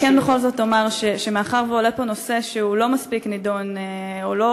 בכל זאת אומר שמאחר שעולה פה נושא שלא נדון מספיק,